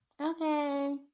Okay